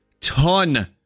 ton